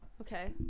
Okay